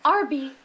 Arby